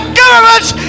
governments